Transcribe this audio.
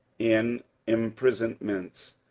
in imprisonments,